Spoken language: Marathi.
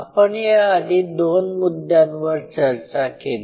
आपण या आधी दोन मुद्द्यांवर चर्चा केली